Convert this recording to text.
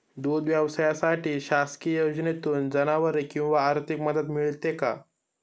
दूध व्यवसायासाठी शासकीय योजनेतून जनावरे किंवा आर्थिक मदत मिळते का?